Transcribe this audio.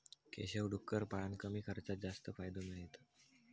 केशव डुक्कर पाळान कमी खर्चात जास्त फायदो मिळयता